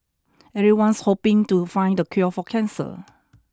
everyone's hoping to find the cure for cancer